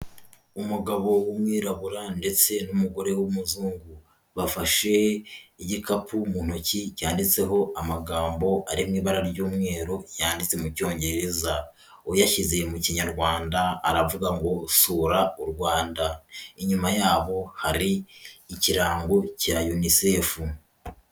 Umugabo w'umwirabura ndetse n'umugore w'umuzungu, bafashe igikapu mu ntoki cyanditseho amagambo ari mu ibara ry'umweru, yanditse mu cyongereza, uyashyize mu kinyarwanda aravuga ngo, sura u Rwanda, inyuma yaho hari ikirango cya Unicef.